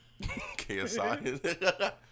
KSI